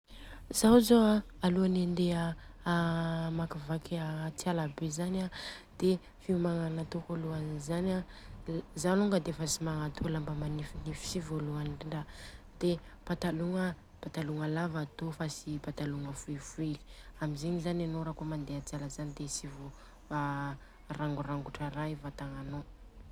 Zaho zô an, alohany ande amakivaky a atiala be zany de fiomagnana atôko alohany zany an, amzao alonga defa tsy magnatô lamba manifnify si lôaka vôlohany indrindra de patalogna an patalogna lava atô fa tsy patalogna foifoika, amzegny zani anô ra kôa ka mandeha atiala zany de tsy vôrangotra ra i vatagnanô.